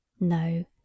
No